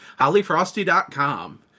hollyfrosty.com